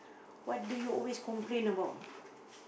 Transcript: what do you always complain about